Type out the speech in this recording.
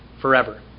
forever